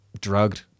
drugged